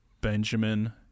Benjamin